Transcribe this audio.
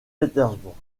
pétersbourg